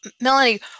Melanie